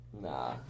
Nah